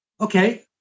okay